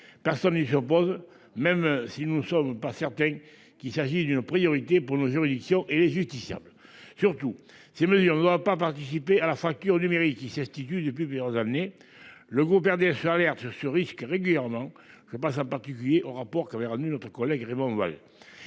Personne ne s'y oppose, même si nous ne sommes pas certains qu'il s'agisse d'une priorité pour nos juridictions et les justiciables. Surtout, ces mesures ne doivent pas participer de la fracture numérique qui s'institue depuis plusieurs années. Le groupe du RDSE alerte sur ce risque régulièrement. Je pense en particulier au rapport qu'avait rendu notre collègue Raymond Vall.